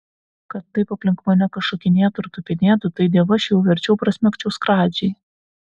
kad taip aplink mane kas šokinėtų ir tupinėtų tai dievaž jau verčiau prasmegčiau skradžiai